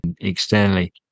externally